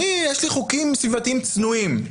חוקים סביבתיים צנועים,